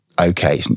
okay